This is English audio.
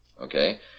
Okay